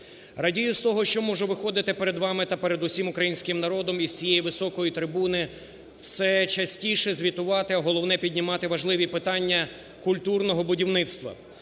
Радію з того, що можу виходити перед вами та перед усім українським нардом із цієї високої трибуни все частіше звітувати, а головне, піднімати важливі питання культурного будівництва,